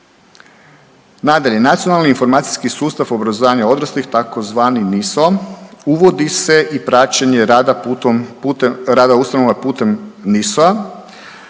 Nadalje, Nacionalni informacijski sustav obrazovanja odraslih tzv. NISO uvodi se i praćenje rada ustanova putem NISO-a